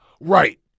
Right